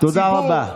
תודה רבה.